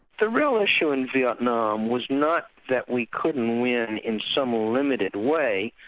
the real issue in vietnam was not that we couldn't win in some limited way,